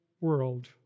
world